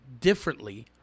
differently